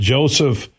Joseph